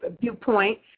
viewpoint